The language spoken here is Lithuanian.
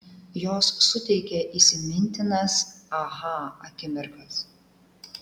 jos suteikia įsimintinas aha akimirkas